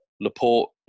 Laporte